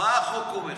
מה החוק אומר?